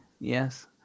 Yes